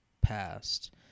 past